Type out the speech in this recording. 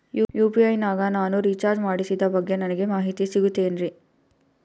UPI ನಾಗ ನಾನು recharge ಮಾಡಿಸಿದ ಬಗ್ಗೆ ನನಗೆ ಮಾಹಿತಿ ಸಿಗುತೇನ್ರೀ?